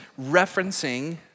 referencing